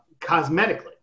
Cosmetically